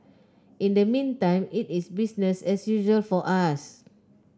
in the meantime it is business as usual for us